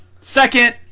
Second